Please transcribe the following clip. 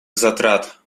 затрат